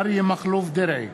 אריה מכלוף דרעי,